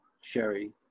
Sherry